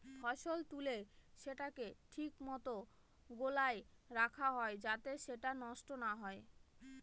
ফসল তুলে সেটাকে ঠিক মতো গোলায় রাখা হয় যাতে সেটা নষ্ট না হয়